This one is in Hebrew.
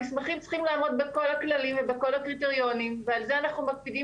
המסמכים צריכים לעמוד בכל הכללים והקריטריונים ועל זה אנחנו מקפידים,